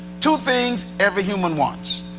two things, every human wants,